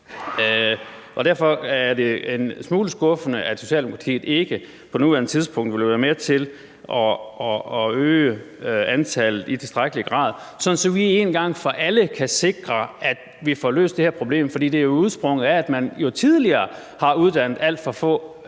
Derfor er det en smule skuffende, at Socialdemokratiet på nuværende tidspunkt ikke vil være med til at øge antallet i tilstrækkelig grad, sådan at vi en gang for alle kan sikre, at vi får løst det her problem. For det er jo udsprunget af, at man tidligere har uddannet alt for få